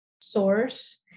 source